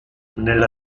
nella